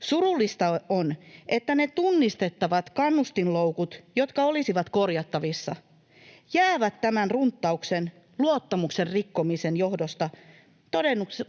Surullista on, että ne tunnistettavat kannustinloukut, jotka olisivat korjattavissa, jäävät tämän runttauksen, luottamuksen rikkomisen johdosta